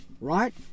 right